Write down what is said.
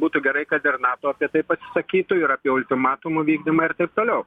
būtų gerai kad ir nato apie tai pasisakytų ir apie ultimatumo vykdymą ir taip toliau